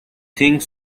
think